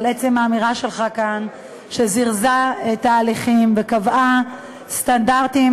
אבל עצם האמירה שלך כאן זירזה את ההליכים וקבעה סטנדרטים